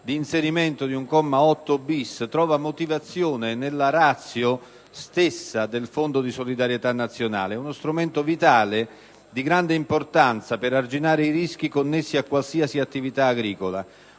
inserimento di un comma 8*‑bis* trova motivazione nella *ratio* stessa del Fondo di solidarietà nazionale. È uno strumento vitale, di grande importanza per arginare i rischi connessi a qualsiasi attività agricola.